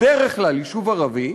בדרך כלל יישוב ערבי,